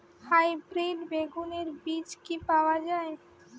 Hybrid বেগুনের বীজ কি পাওয়া য়ায়?